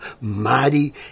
mighty